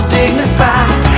dignified